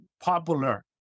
popular